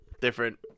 different